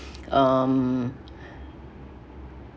um